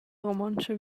romontscha